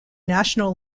national